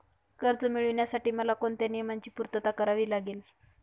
कर्ज मिळविण्यासाठी मला कोणत्या नियमांची पूर्तता करावी लागेल?